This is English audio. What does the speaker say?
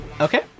Okay